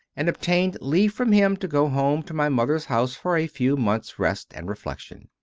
and obtained leave from him to go home to my mother s house for a few months rest and reflection.